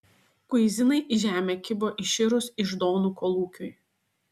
kuizinai į žemę kibo iširus iždonų kolūkiui